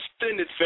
extended